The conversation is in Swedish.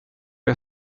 jag